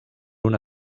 una